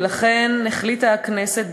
ולכן החליטה הכנסת,